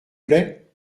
plaît